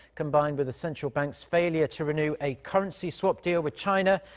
combined with the central bank's failure to renew a currency swap deal with china,